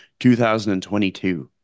2022